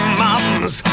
mums